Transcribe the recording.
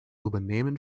übernehmen